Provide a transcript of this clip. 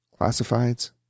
Classifieds